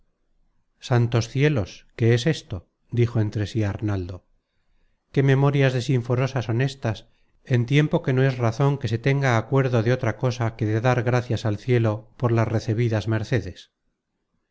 santos cielos qué es esto dijo entre sí arnaldo qué memorias de sinforosa son éstas en tiempo que no es razon que se tenga acuerdo de otra cosa que de dar gracias al cielo por las recebidas mercedes